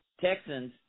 Texans